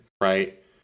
right